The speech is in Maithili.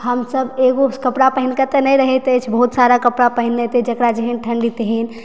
हमसभ एगो कपड़ा पहिनके तऽ नहि रहैत अछि बहुत सारा कपड़ा पहिनैत अछि जकरा जहन ठण्डी तहन